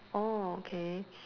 orh okay